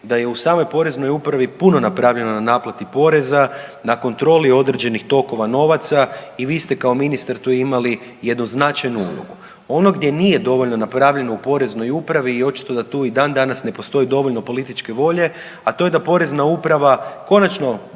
da je u samoj Poreznoj upravi puno napravljeno na naplati poreza, na kontroli određenih tokova novaca. I vi ste kao ministar tu imali jednu značajnu ulogu. Ono gdje nije dovoljno napravljeno u Poreznoj upravi je očito da tu i dan danas ne postoji dovoljno političke volje, a to je da Porezna uprava konačno